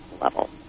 level